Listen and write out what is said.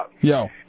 Yo